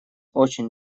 очень